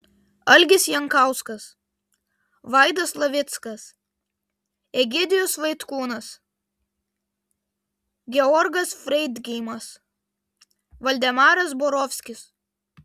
algis jankauskas vaidas slavickas egidijus vaitkūnas georgas freidgeimas valdemaras borovskis